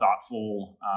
thoughtful